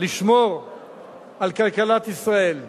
לשמור על כלכלת ישראל,